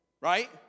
Right